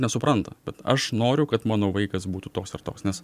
nesupranta bet aš noriu kad mano vaikas būtų toks ar toks nes